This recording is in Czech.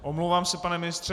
Omlouvám se, pane ministře.